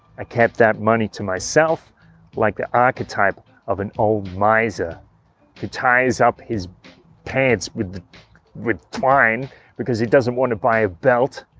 i kept that money to myself like the archetype of an old miser who ties up his pants with with twine because he doesn't want to buy a belt,